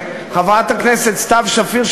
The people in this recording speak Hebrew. חברת הכנסת סתיו שפיר,